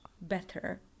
better